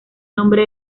nombre